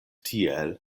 tiel